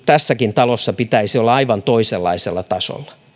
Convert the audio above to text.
tässäkin talossa pitäisi olla aivan toisenlaisella tasolla